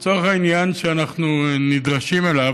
לצורך העניין שאנחנו נדרשים אליו,